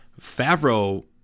Favreau